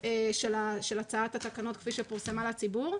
של הצעת התקנות כפי שפורסמה לציבור.